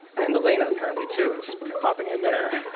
and elena apparently, too, is popping in there,